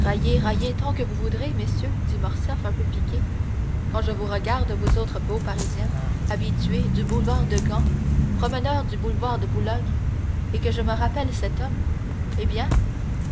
raillez raillez tant que vous voudrez messieurs dit morcerf un peu piqué quand je vous regarde vous autres beaux parisiens habitués du boulevard de gand promeneurs du bois de boulogne et que je me rappelle cet homme eh bien